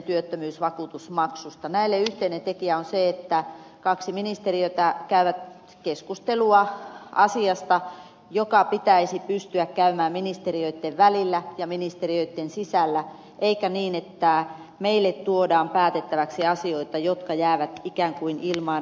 näille yhteinen tekijä on se että kaksi ministeriötä käy keskustelua asiasta joka pitäisi pystyä käymään ministeriöitten välillä ja ministeriöitten sisällä eikä niin että meille tuodaan päätettäväksi asioita jotka jäävät ikään kuin ilmaan roikkumaan